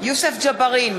יוסף ג'בארין,